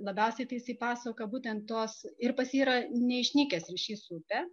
labiausiai tai jisai pasakoja būtent tuos ir pas jį yra neišnykęs ryšys su upe